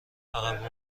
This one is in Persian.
عقب